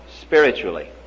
spiritually